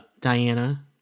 Diana